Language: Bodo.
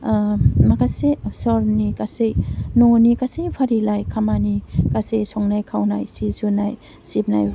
माखासे समनि गासै न'नि गासै फारिलाइ खामानि गासै संनाय खावनाय सि सुनाय सिबनाय